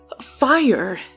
Fire